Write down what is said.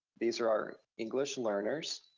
these are our english learners.